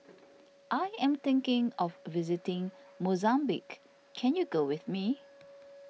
I am thinking of visiting Mozambique can you go with me